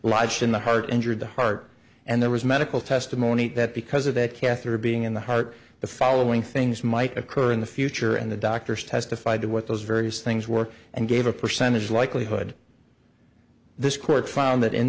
lodged in the heart injured the heart and there was medical testimony that because of that catheter being in the heart the following things might occur in the future and the doctors testified to what those various things were and gave a percentage likelihood this court found that in